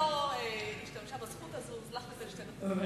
היא לא השתמשה בזכות הזאת, לכן לך ניתן שתי דקות.